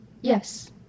Yes